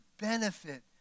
benefit